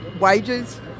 wages